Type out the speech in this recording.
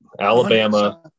Alabama